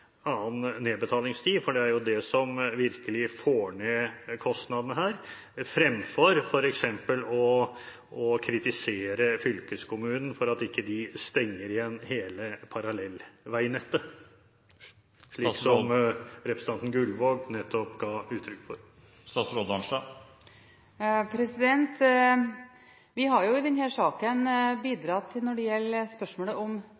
annen nedbetalingstid, for det er jo det som virkelig får ned kostnadene her, fremfor f.eks. å kritisere fylkeskommunen for at de ikke stenger igjen hele parallellveinettet, slik som representanten Gullvåg nettopp ga uttrykk for? Vi har i denne saken bidratt når det gjelder spørsmålet om